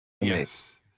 Yes